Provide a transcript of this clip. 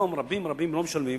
היום רבים רבים לא משלמים,